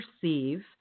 perceive